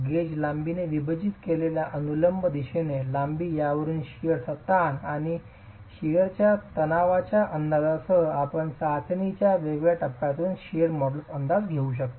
gauge लांबीने विभाजित केलेल्या अनुलंब दिशेने लांबी ज्यावरून शिअरचा ताण आणि शिअरच्या तणावाच्या अंदाजासह आपण चाचणीच्या वेगवेगळ्या टप्प्यांमधून शिअर मॉड्यूलसचा अंदाज घेऊ शकता